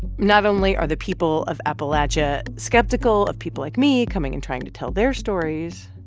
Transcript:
not only are the people of appalachia skeptical of people like me coming and trying to tell their stories,